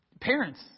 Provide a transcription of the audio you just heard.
Parents